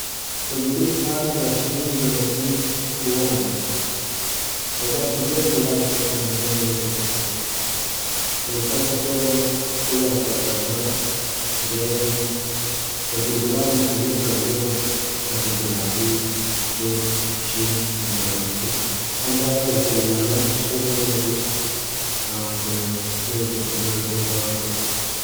د بوډۍ ټال یا شنې زرغونې اووه رنګه لري، او ډير داسي ګلان سته چې رنګونه یې و دې ته ورته دي. د مثال په توګه ګل افتاب ګردان چې ژیړ رنګ لري، د ګلګلاب مختلیف رنګونه لکه ګلابي، سور، شین او نارنجي. همدا راز ګل لاله چې سور رنګ لري او د شنې او زغونې و رنګو ته ورته دی.